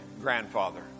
grandfather